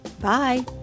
Bye